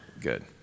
good